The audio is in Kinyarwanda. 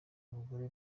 abagore